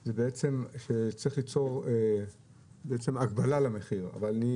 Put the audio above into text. זה שצריך ליצור הגבלה על המחיר אבל אני